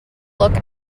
look